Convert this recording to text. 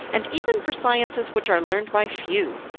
and even for sciences which are learned by few,